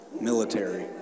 military